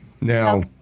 Now